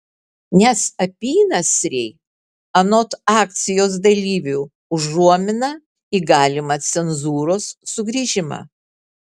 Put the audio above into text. nes apynasriai anot akcijos dalyvių užuomina į galimą cenzūros sugrįžimą